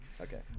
Okay